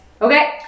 Okay